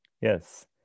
Yes